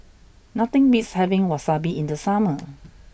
nothing beats having Wasabi in the summer